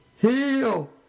Heal